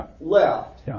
left